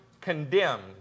condemned